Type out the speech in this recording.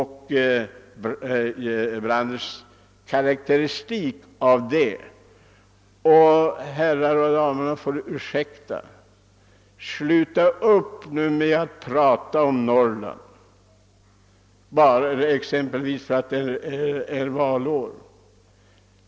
Herrarna och damerna får ursäkta om jag säger, att ni bör sluta upp med att prata om Norrland bara därför att det är valår.